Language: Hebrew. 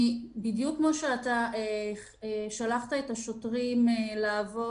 לא שאלת את השאלה הזאת